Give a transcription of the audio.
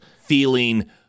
feeling